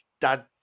dad